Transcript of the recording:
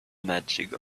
magic